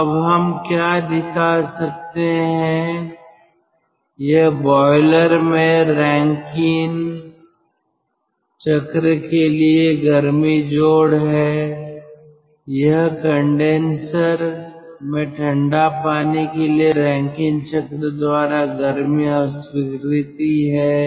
तो अब हम क्या दिखा सकते हैं यह बॉयलर में रैंकिन चक्र के लिए गर्मी जोड़ है यह कंडेनसर में ठंडा पानी के लिए रैंकिन चक्र द्वारा गर्मी अस्वीकृति है